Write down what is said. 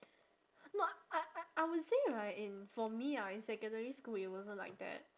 no I I I would say right in for me ah in secondary school it wasn't like that